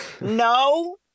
no